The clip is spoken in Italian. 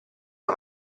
una